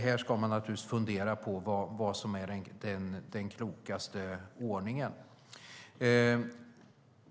Här ska man naturligtvis fundera på vad som är den klokaste ordningen.